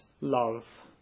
love